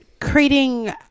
creating